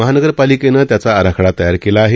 महानगर पालिकेनं त्याचा आराखडा तयार केला आहे